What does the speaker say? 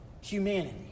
humanity